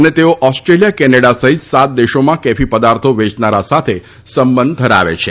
અને તેઓ Australia Canada સહિત સાત દેશોમાં કેફી પદાર્થો વેચનારા સાથે સંબંધ ધરાવતા હોવાનો આક્ષેપ છે